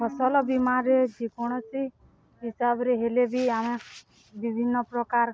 ଫସଲ ବୀମାରରେ ଯେକୌଣସି ହିସାବରେ ହେଲେ ବି ଆମେ ବିଭିନ୍ନ ପ୍ରକାର